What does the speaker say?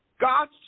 God